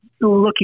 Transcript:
looking